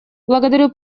благодарю